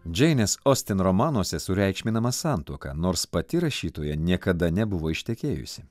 džeinės ostin romanuose sureikšminama santuoka nors pati rašytoja niekada nebuvo ištekėjusi